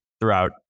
throughout